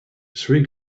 three